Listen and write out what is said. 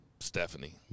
Stephanie